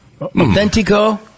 Authentico